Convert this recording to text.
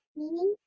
meaning